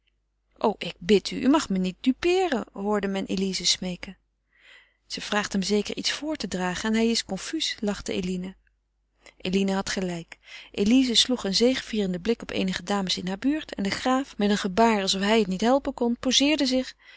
o ik bid u u mag me niet dupeeren hoorde men elize smeeken ze vraagt hem zeker iets voor te dragen en hij is confuus lachte eline eline had gelijk elize sloeg een zegevierenden blik op eenige dames in hare buurt en de graaf met een gebaar alsof hij het niet helpen kon poseerde zich